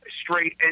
straight